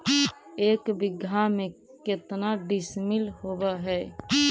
एक बीघा में केतना डिसिमिल होव हइ?